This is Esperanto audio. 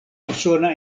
usona